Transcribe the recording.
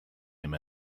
him